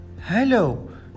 Hello